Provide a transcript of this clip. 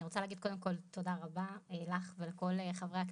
אני רוצה להגיד קודם כל תודה רבה לך ולכל חברי הכנסת,